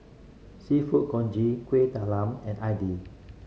Seafood Congee Kuih Talam and